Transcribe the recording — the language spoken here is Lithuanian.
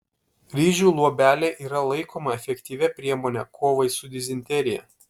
ryžių luobelė yra laikoma efektyvia priemone kovai su dizenterija